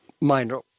minor